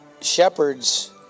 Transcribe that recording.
shepherds